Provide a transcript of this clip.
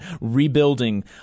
rebuilding